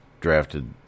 drafted